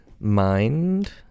mind